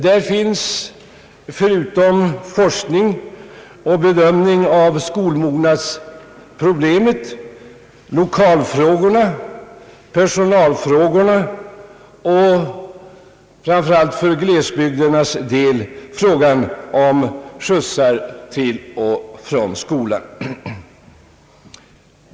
Där finns — förutom forskning och bedömning av skolmognadsproblemet — lokalfrågorna, personalfrågorna och, framför allt för glesbygdernas del, frågan om skjutsar till och från skolan.